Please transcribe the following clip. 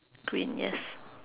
green yes